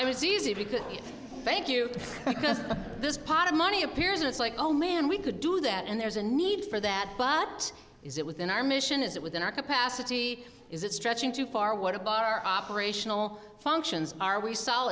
it was easy because it thank you to this pot of money appears it's like oh man we could do that and there's a need for that but is it within our mission is it within our capacity is it stretching too far what a bar operational functions are we s